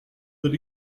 that